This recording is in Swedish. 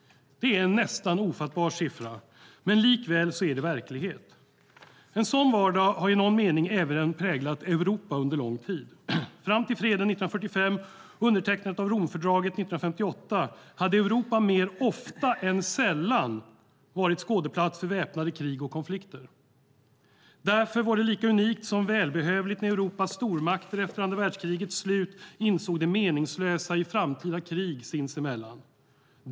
Det är en nästan ofattbar siffra. Men likväl är detta verklighet. En sådan vardag har i någon mening även präglat Europa under lång tid. Fram till freden 1945 och undertecknandet av Romfördraget 1958 hade Europa mer ofta än sällan varit skådeplats för väpnade krig och konflikter. Därför var det lika unikt som välbehövligt när Europas stormakter efter andra världskrigets slut insåg det meningslösa i framtida krig sinsemellan.